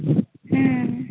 ᱦᱩᱸ